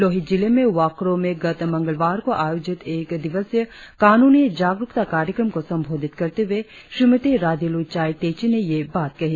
लोहित जिले में वाक्क्रो में गत मंगलवार को आयोजित एक दिवसीय कानूनी जागरुकता कार्यक्रम को संबोधित करते हुए श्रीमती राधिलु चाइ तेची ने यह बात कही